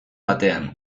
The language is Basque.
batean